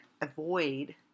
avoid